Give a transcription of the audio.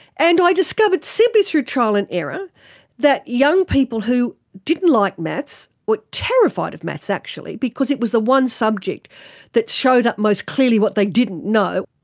and i discovered simply through trial and error that young people who didn't like maths, were terrified of maths actually because it was the one subject that showed up most clearly what they didn't know,